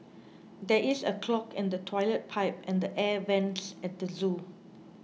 there is a clog in the Toilet Pipe and the Air Vents at the zoo